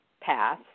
pass